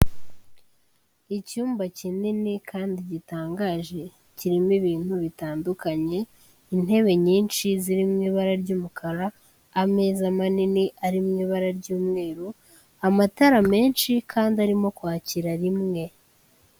Icyumba kinini kandi gitangaje kirimo ibintu bitandukanye intebe nyinshi ziri mu ibara ry'umukara, ameza manini ari mu ibara ry'umweru, amatara menshi kandi arimo kwakira rimwe.